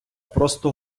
просто